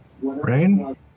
Rain